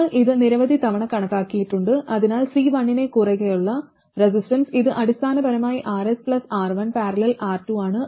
നമ്മൾ ഇത് നിരവധി തവണ കണക്കാക്കിയിട്ടുണ്ട് അതിനാൽ C1 ന് കുറുകെയുള്ള റെസിസ്റ്റൻസ് ഇത് അടിസ്ഥാനപരമായി Rs R1 || R2 ആണ്